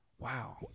Wow